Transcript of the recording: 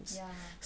ya